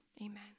amen